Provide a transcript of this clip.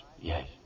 yes